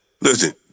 listen